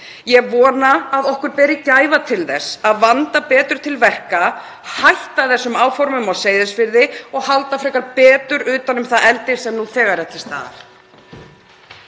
Ég vona að við berum gæfu til þess að vanda betur til verka, hætta þessum áformum á Seyðisfirði og halda frekar betur utan um það eldi sem nú þegar er til staðar.